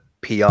PR